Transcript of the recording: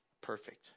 perfect